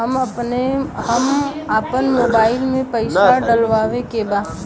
हम आपन मोबाइल में पैसा डलवावे के बा?